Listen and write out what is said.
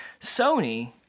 Sony